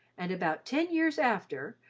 and about ten years after,